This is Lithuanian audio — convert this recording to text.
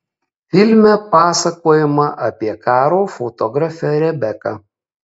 filme pasakojama apie karo fotografę rebeką